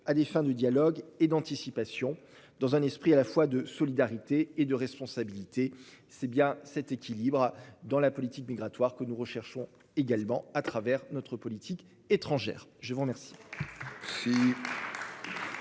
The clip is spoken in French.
à des fins de dialogue et d'anticipation dans un esprit à la fois de solidarité et de responsabilité. C'est bien cet équilibre dans la politique migratoire que nous recherchons également à travers notre politique étrangère je. La parole